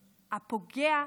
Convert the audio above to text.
הפוגע,